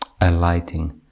alighting